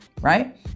right